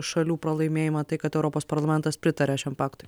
šalių pralaimėjimą tai kad europos parlamentas pritarė šiam paktui